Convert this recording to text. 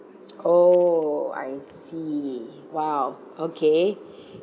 oh I see !wow! okay